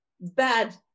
bad